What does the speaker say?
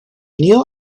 neal